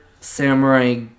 samurai